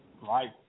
right